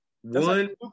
one